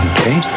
Okay